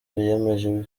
biyemeje